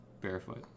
barefoot